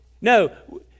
no